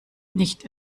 nicht